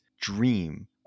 dream